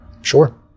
Sure